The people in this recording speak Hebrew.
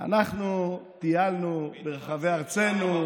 בחול המועד סוכות אנחנו טיילנו ברחבי ארצנו.